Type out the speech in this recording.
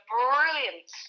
brilliant